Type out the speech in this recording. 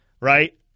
right